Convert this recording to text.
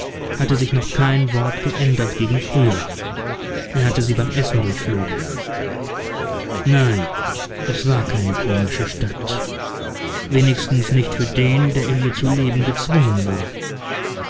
haaren hatte sich noch kein wort geändert gegen früher er hatte sie beim essen durchflogen nein es war keine komische stadt wenigstens nicht für den der in ihr zu leben gezwungen war